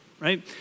right